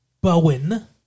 Bowen